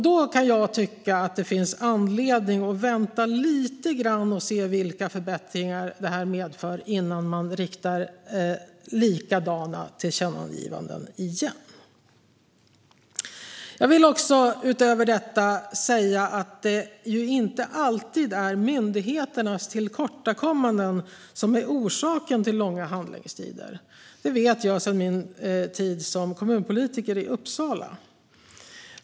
Då kan jag tycka att det finns anledning att vänta lite grann och se vilka förbättringar detta medför innan man riktar likadana tillkännagivanden till regeringen igen. Jag vill utöver detta säga att det inte alltid är myndigheternas tillkortakommanden som är orsaken till långa handläggningstider. Det vet jag sedan min tid som kommunpolitiker i Uppsala.